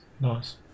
Nice